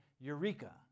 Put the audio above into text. eureka